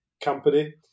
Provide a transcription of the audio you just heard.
Company